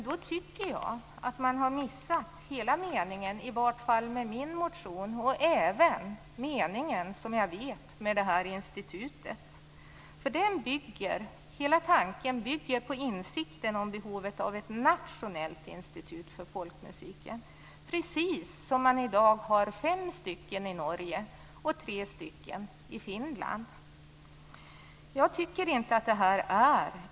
Jag tycker dock att man då har missat hela meningen med i vart fall min motion och såvitt jag vet även syftet med det här institutet. Hela tanken med det bygger på insikten om behovet av ett nationellt institut för folkmusiken, på samma sätt som i Norge och i Finland, där man i dag har fem respektive tre sådana institut.